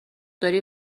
داری